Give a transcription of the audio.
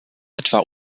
etwa